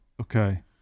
Okay